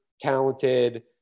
talented